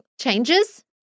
changes